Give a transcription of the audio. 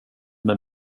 med